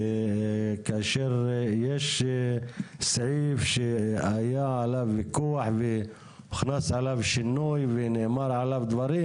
כי כאשר יש סעיף שהיה עליו ויכוח והוכנס עליו שינוי ונאמר עליו דברים,